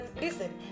listen